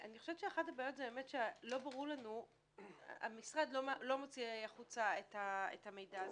אני חושבת שאחת הבעיות היא שהמשרד לא מוציא החוצה את המידע הזה,